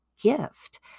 gift